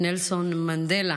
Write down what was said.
נלסון מנדלה,